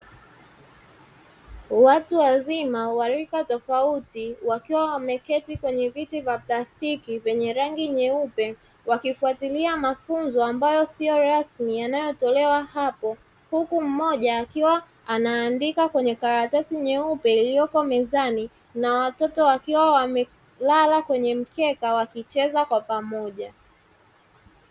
Watu wazima wa rika tofauti wakiwa wameketi kwenye viti vya plastiki vyenye rangi nyeupe, wakifuatilia mafunzo ambayo siyo rasmi yanayotolewa hapo, huku mmoja akiwa anaandika kwenye karatasi nyeupe iliyoko mezani na watoto wakiwa wamelala kwenye mkeka wakicheza kwa pamoja.